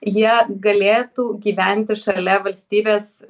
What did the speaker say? jie galėtų gyventi šalia valstybės